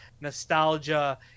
nostalgia